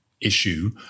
issue